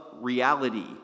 reality